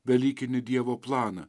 velykinį dievo planą